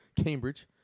Cambridge